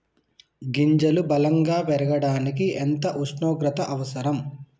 గింజలు బలం గా పెరగడానికి ఎంత ఉష్ణోగ్రత అవసరం?